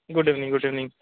good evening good evening